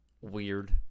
Weird